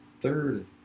third